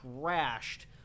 crashed